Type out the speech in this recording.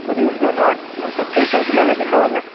बरं येऊन जाऊन आत मग सत्तावीस तारखेला लिहायचे नाव आपले